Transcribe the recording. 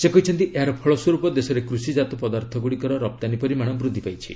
ସେ କହିଛନ୍ତି ଏହାର ଫଳ ସ୍ୱର୍ପ ଦେଶରେ କୃଷିଜାତ ପଦାର୍ଥଗୁଡ଼ିକର ରପ୍ତାନୀ ପରିମାଣ ବୃଦ୍ଧି ପାଇଛି